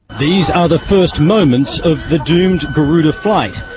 these are the first moments of the doomed garuda flight,